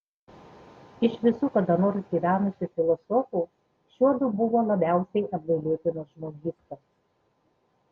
iš visų kada nors gyvenusių filosofų šiuodu buvo labiausiai apgailėtinos žmogystos